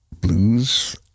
blues